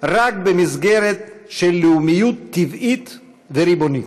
רק במסגרת של לאומיות טבעית וריבונית,